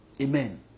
Amen